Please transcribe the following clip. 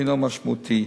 הינו משמעותי,